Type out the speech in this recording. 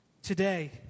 Today